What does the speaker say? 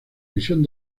visión